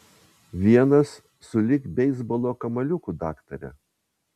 vienas sulig beisbolo kamuoliuku daktare